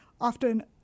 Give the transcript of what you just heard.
Often